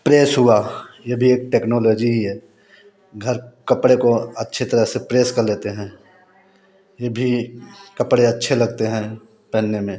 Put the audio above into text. press हुआ ये भी एक टेक्नौलौजी ही है घर कपड़े को अच्छे तरह से प्रेस कर लेते हैं यह भी कपड़े अच्छे लगते हैं पेहनने में